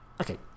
okay